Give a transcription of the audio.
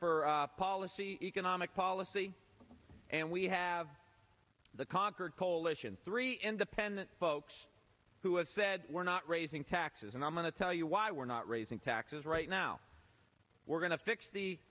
for policy economic policy and we have the concord coalition three independent folks who have said we're not raising taxes and i'm going to tell you why we're not raising taxes right now we're going to fix the